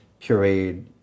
pureed